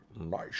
nice